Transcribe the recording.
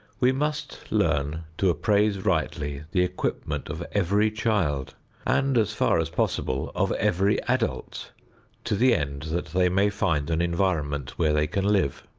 we must learn to appraise rightly the equipment of every child and, as far as possible, of every adult to the end that they may find an environment where they can live.